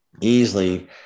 easily